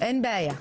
אין בעיה.